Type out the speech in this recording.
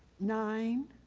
nine.